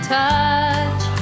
touch